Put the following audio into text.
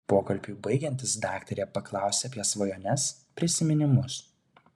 pokalbiui baigiantis daktarė paklausia apie svajones prisiminimus